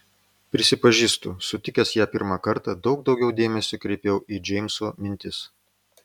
prisipažįstu sutikęs ją pirmą kartą daug daugiau dėmesio kreipiau į džeimso mintis